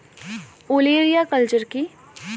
ওলেরিয়া কালচার কি?